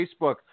Facebook